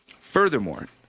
Furthermore